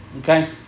okay